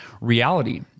reality